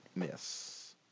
Yes